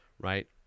right